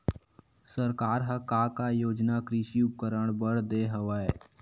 सरकार ह का का योजना कृषि उपकरण बर दे हवय?